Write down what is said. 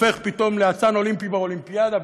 הופך פתאום לאצן אולימפי באולימפיאדה.